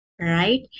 right